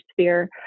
sphere